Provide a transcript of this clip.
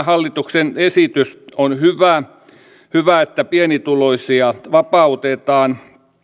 hallituksen esitys on hyvä hyvä että pienituloisia vapautetaan